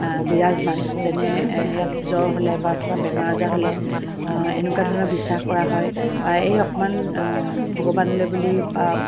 বিৰাজমান যেনে ইয়াত জ্বৰ হ'লে বা কিবা বেমাৰ আজাৰ হ'লে এনেকুৱা ধৰণৰ বিশ্বাস কৰা হয় বা এই অকমান ভগৱানলৈ বুলি বা